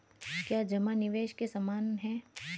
क्या जमा निवेश के समान है?